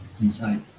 inside